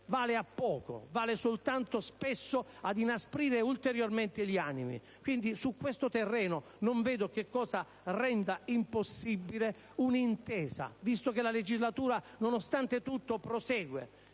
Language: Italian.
vale a poco, spesso vale soltanto a inasprire ulteriormente gli animi. Quindi, su questo terreno non vedo che cosa renda impossibile un'intesa, visto che la legislatura, nonostante tutto, prosegue.